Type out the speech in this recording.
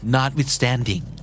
Notwithstanding